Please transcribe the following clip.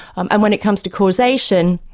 um and when it comes to causation,